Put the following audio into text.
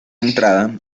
entrada